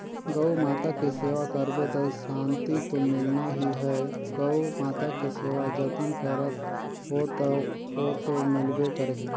गउ माता के सेवा करबे त सांति तो मिलना ही है, गउ माता के सेवा जतन करत हो त ओतो मिलबे करही